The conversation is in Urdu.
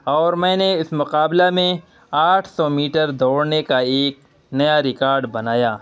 اور میں نے اس مقابلہ میں آٹھ سو میٹر دوڑنے کا ایک نیا ریکارڈ بنایا